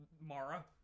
Mara